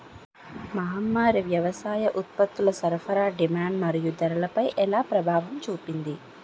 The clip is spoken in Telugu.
మహమ్మారి వ్యవసాయ ఉత్పత్తుల సరఫరా డిమాండ్ మరియు ధరలపై ఎలా ప్రభావం చూపింది?